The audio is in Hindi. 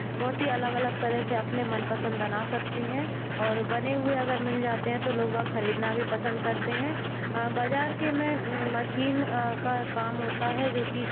बहुत ही अलग अलग तरह से अपने मनपसंद बना सकती हैं और बने हुए अगर मिल जाते हैं तो लोग बाग खरीदना भी पसंद करते हैं बाजार के में मशीन का काम होता है जो कि